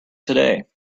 today